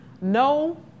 No